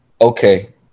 okay